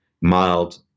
mild